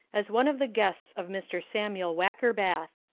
as one of the guests of mr. samuel wackerbath.